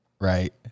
right